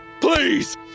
Please